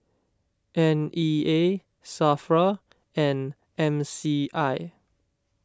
N E A Safra and M C I